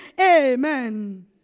Amen